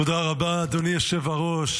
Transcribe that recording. תודה רבה, אדוני היושב-ראש.